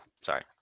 Sorry